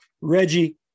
Reggie